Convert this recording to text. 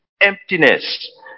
Emptiness